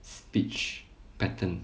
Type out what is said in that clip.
speech pattern